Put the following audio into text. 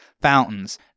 fountains